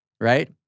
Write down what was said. right